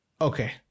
Okay